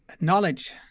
knowledge